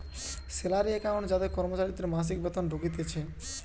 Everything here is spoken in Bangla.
স্যালারি একাউন্ট যাতে কর্মচারীদের মাসিক বেতন ঢুকতিছে